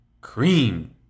Cream